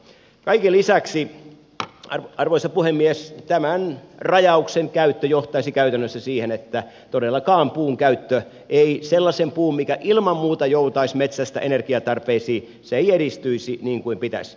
kaiken lisäksi arvoisa puhemies tämän rajauksen käyttö johtaisi käytännössä siihen että todellakaan puun käyttö sellaisen puun mikä ilman muuta joutaisi metsästä energiatarpeisiin ei edistyisi niin kuin pitäisi